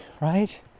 right